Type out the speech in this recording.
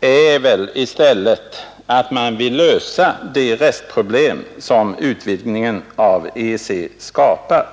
är väl i stället att man vill lösa de restproblem som utvidgningen av EEC skapar.